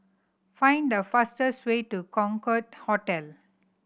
find the fastest way to Concorde Hotel